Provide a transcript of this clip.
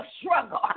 struggle